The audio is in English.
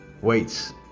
weights